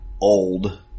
old